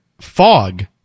fog